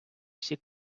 всі